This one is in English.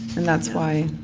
and that's why.